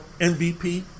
MVP